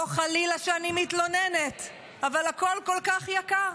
לא חלילה שאני מתלוננת אבל הכול כל כך יקר.